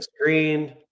screen